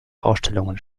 ausstellungen